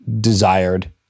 desired